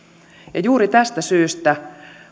ja juuri tästä syystä